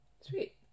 Sweet